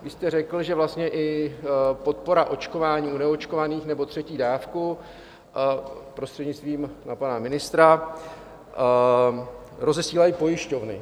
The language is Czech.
Vy jste řekl, že vlastně i podpora očkování u neočkovaných, nebo třetí dávku, prostřednictvím na pana ministra, rozesílají pojišťovny.